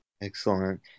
Excellent